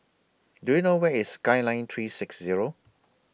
Do YOU know Where IS Skyline three six Zero